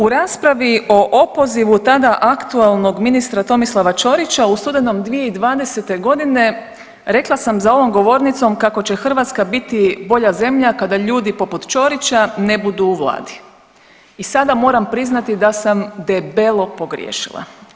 U raspravo o opozivu, tada aktualnog ministra Tomislava Ćorića u studenom 2020. g. rekla sam za ovom govornicom kako će Hrvatska biti bolja zemlja kada ljudi poput Ćorića ne budu u Vladi i sada moram priznati da sam debelo pogriješila.